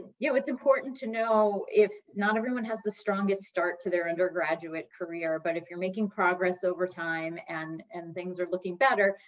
yeah, it's important to know not everyone has the strongest start to their undergraduate career, but if you're making progress over time and and things are looking better,